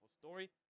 story